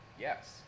Yes